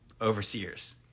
overseers